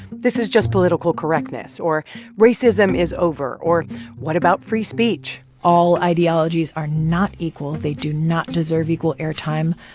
this is just political correctness, or racism is over, or what about free speech? all ideologies are not equal. they do not deserve equal airtime,